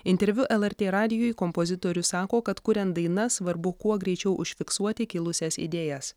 interviu lrt radijui kompozitorius sako kad kuriant dainas svarbu kuo greičiau užfiksuoti kilusias idėjas